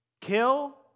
kill